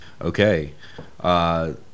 Okay